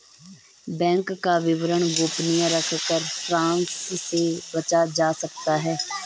bank का विवरण गोपनीय रखकर फ्रॉड से बचा जा सकता है